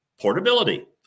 portability